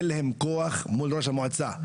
אין להם כוח מול ראש המועצה.